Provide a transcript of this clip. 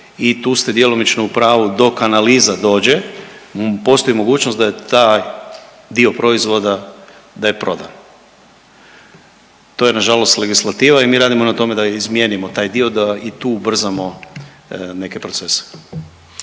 i tu ste djelomično u pravu, dok analiza dođe, postoji mogućnost da je taj dio proizvoda, da je prodan. To je nažalost legislativa i mi radimo na tome da izmijenimo taj dio, da i tu ubrzamo neke procese.